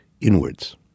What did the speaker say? Inwards